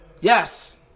Yes